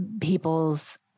people's